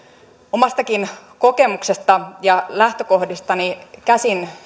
omastakin kokemuksestani ja lähtökohdistani käsin